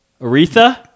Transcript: Aretha